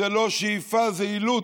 זו לא שאיפה, זה אילוץ.